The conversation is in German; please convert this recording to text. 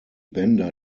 bänder